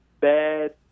bad